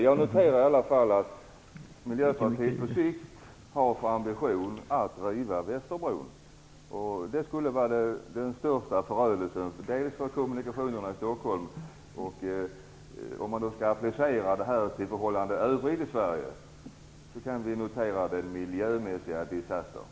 Jag noterar att Miljöpartiet på sikt har ambitionen att riva Västerbron. Det skulle då bli en stor förödelse för kommunikationerna i Stockholm. Applicerad på det övriga Sverige skulle en sådan politik bli en miljömässig katastrof.